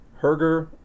herger